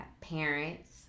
parents